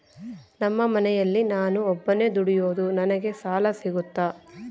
ನಮ್ಮ ಮನೆಯಲ್ಲಿ ನಾನು ಒಬ್ಬನೇ ದುಡಿಯೋದು ನನಗೆ ಸಾಲ ಸಿಗುತ್ತಾ?